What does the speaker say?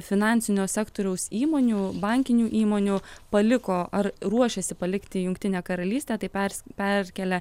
finansinio sektoriaus įmonių bankinių įmonių paliko ar ruošiasi palikti jungtinę karalystę tai persi perkelia